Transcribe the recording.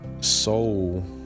Soul